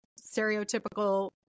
stereotypical